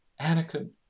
Anakin